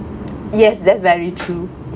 yes that's very true